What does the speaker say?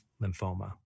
lymphoma